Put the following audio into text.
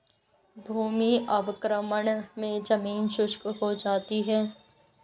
भूमि अवक्रमण मे जमीन शुष्क हो जाती है